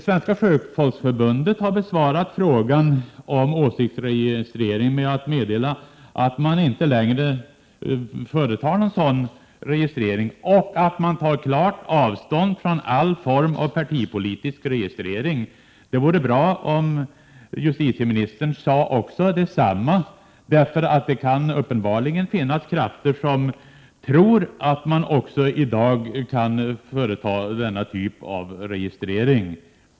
Svenska sjöfolksförbundet har besvarat frågan om åsiktsregistrering med att meddela att man inte längre företar någon sådan registrering och att man tar klart avstånd från alla former av partipolitisk registrering. Det vore bra om justitieministern sade detsamma. Det kan — det är uppenbart — finnas krafter som tror att man också i dag kan företa denna typ av registrering.